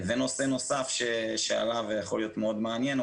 נושא נוסף שעלה ויכול להיות מאוד מעניין זה